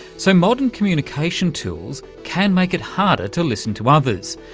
so, modern communication tools can make it harder to listen to others,